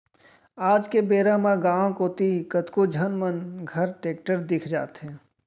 आज के बेरा म गॉंव कोती कतको झन मन घर टेक्टर दिख जाथे